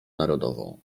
narodową